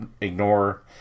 ignore